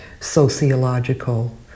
sociological